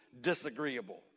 disagreeable